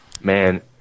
Man